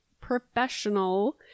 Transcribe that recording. professional